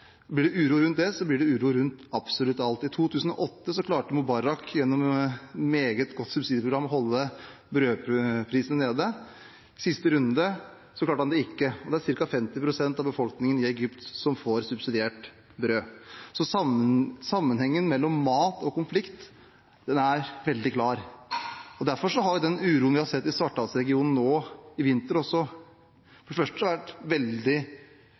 blir det uro rundt absolutt alt. I 2008 klarte Mubarak gjennom et meget godt subsidieprogram å holde brødprisene nede. I siste runde klarte han det ikke. Det er ca. 50 pst. av befolkningen i Egypt som får subsidiert brød. Så sammenhengen mellom mat og konflikt er veldig klar. Derfor har vi den uroen vi har sett i Svartehavsregionen nå i vinter også. For det første har det vært veldig